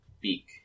beak